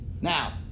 Now